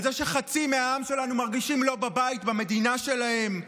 על זה שחצי מהעם שלנו מרגישים לא בבית במדינה שלהם?